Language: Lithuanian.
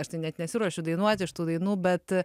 aš tai net nesiruošiu dainuoti šitų dainų bet